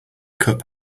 cup